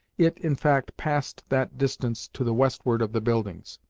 it, in fact, passed that distance to the westward of the buildings.